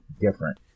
different